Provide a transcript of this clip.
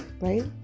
right